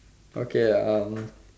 okay